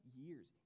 years